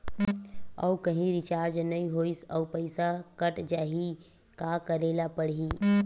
आऊ कहीं रिचार्ज नई होइस आऊ पईसा कत जहीं का करेला पढाही?